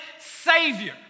Savior